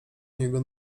niego